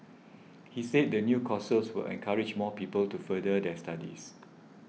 he said the new courses will encourage more people to further their studies